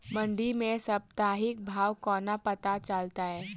मंडी केँ साप्ताहिक भाव कोना पत्ता चलतै?